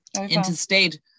interstate